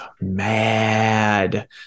mad